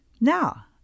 Now